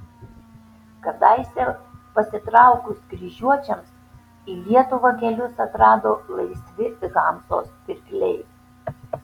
kadaise pasitraukus kryžiuočiams į lietuvą kelius atrado laisvi hanzos pirkliai